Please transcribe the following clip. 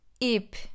ip